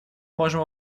можем